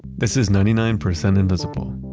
this is ninety nine percent invisible.